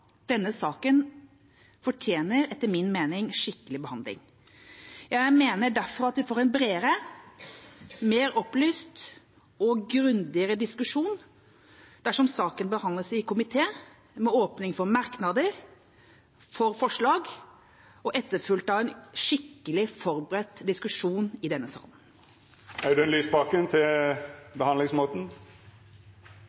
Denne saken fortjener etter min mening en skikkelig behandling. Jeg mener derfor at vi får en bredere, mer opplyst og grundigere diskusjon dersom saken behandles i komité – med åpning for merknader og forslag og etterfulgt av en skikkelig forberedt diskusjon i denne